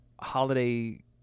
holiday